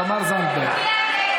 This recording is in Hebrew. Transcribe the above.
תמר זנדברג.